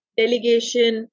delegation